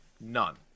None